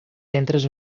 centres